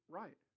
right